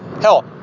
Hell